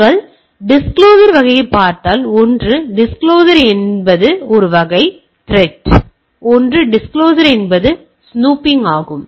நீங்கள் டிஸ்கிலோசர்களின் வகையைப் பார்த்தால் ஒன்று டிஸ்கிலோசர் என்பது ஒரு வகை திரெட் ஒன்று டிஸ்கிலோசர் என்பது ஸ்னூப்பிங் ஆகும்